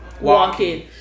Walking